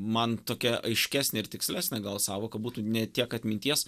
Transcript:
man tokia aiškesnė ir tikslesnė gal sąvoka būtų ne tiek atminties